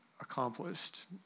accomplished